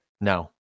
No